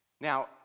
Now